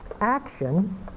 Action